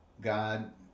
God